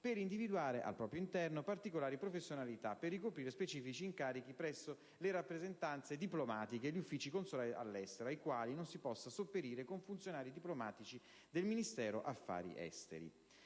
per individuare, al proprio interno, particolari professionalità per ricoprire specifici incarichi presso le rappresentanze diplomatiche e gli uffici consolari all'estero, ai quali non si possa sopperire con funzionari diplomatici del Ministero degli affari esteri.